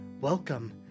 Welcome